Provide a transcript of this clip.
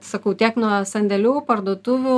sakau tiek nuo sandėlių parduotuvių